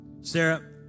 Sarah